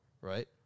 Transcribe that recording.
right